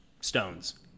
stones